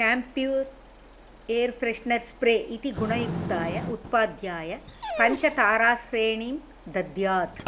camphor air freshener spray इति गुणयुक्ताय उत्पाद्याय पञ्चताराश्रेणीं दद्यात्